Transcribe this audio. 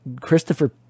Christopher